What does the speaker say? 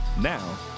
Now